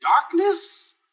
darkness